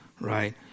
right